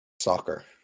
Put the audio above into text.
Soccer